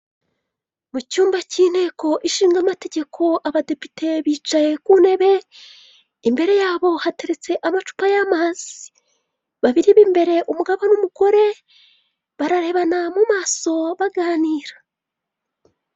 Mu cyumba cy'inteko ishingamategeko abadepite bicaye ku ntebe imbere yabo hateretse amacupa y'amazi babiri b'imbere umugabo n'umugore bararebana mu maso baganira.